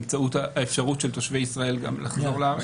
באמצעות האפשרות של תושבי ישראל גם לחזור לארץ.